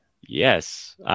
yes